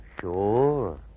Sure